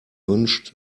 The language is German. wünscht